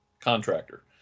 contractor